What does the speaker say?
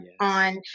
on